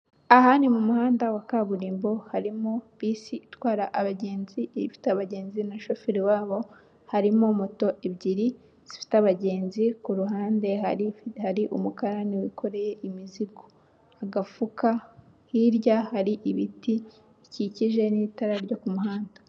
Aha ni mu muhanda wa kaburimbo harimo bisi itwara abagenzi ifite abagenzi na shoferi wabo, harimo moto ebyiri zifite abagenzi. Ku ruhande hari hari umukararani wikoreye imizigo agafuka, hirya hari ibiti bikikije n'itara ryo ku muhanda.